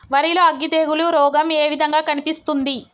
వరి లో అగ్గి తెగులు రోగం ఏ విధంగా కనిపిస్తుంది?